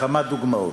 בכמה דוגמאות: